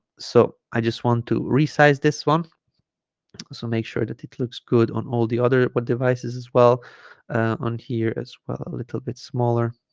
so i just want to resize this one so make sure that it looks good on all the other but devices as well on here as well a little bit smaller